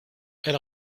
elle